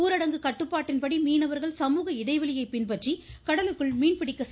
ஊரடங்கு கட்டுப்பாட்டின் படி மீனவர்கள் சமூக இடைவெளியை பின்பற்றி கடலுக்குள் மீன்பிடிக்க சென்றனர்